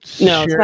No